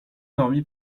dormi